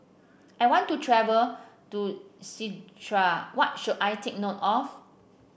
I want to travel to Czechia what should I take note of